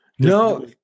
No